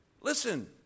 Listen